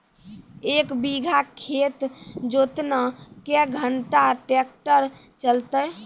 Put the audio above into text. एक बीघा खेत जोतना क्या घंटा ट्रैक्टर चलते?